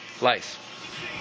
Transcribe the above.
Life